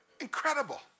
Incredible